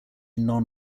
non